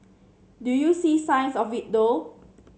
do you see signs of it though